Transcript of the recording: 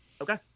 Okay